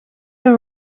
are